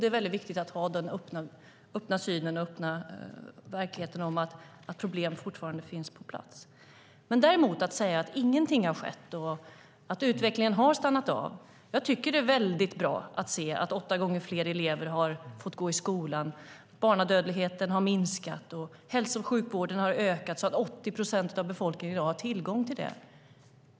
Det är mycket viktigt att ha en öppen syn på verkligheten och inse att problem fortfarande finns på plats. Det sägs att ingenting har skett och att utvecklingen har stannat av. Men jag tycker att det är mycket bra att se att åtta gånger fler barn får gå i skolan, att barnadödligheten har minskat och att hälso och sjukvården har ökat så att 80 procent av befolkningen i dag har tillgång till den.